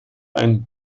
ein